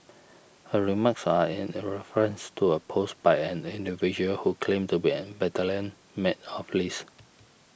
her remarks are in a reference to a post by an individual who claimed to be a battalion mate of Lee's